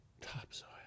topsoil